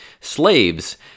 slaves